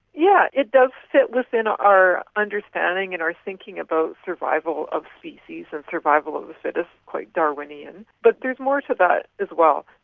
yeah it does fit within our understanding and our thinking about survival of species and survival of the fittest, quite darwinian, but there's more to that as well.